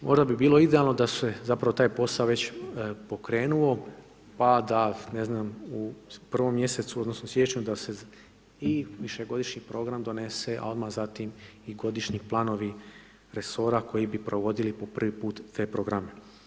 Možda bi bilo idealno da se zapravo taj posao već pokrenuo pa da ne znam, u 1. mj. odnosno siječnju da se i višegodišnji program donese a odmah zatim i godišnji planovi resora koji bi provodili po prvi put te programe.